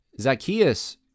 Zacchaeus